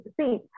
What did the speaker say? see